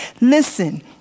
Listen